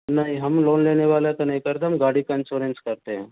नहीं हम लोन लेने वाले का नहीं करते हम गाड़ी का इंश्योरेंस करते हैं